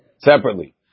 separately